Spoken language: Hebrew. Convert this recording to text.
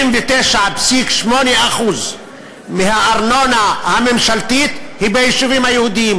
99.8% מהארנונה הממשלתית היא ביישובים היהודיים.